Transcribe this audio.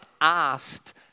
asked